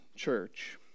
church